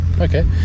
okay